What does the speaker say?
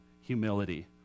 Humility